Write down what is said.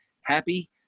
happy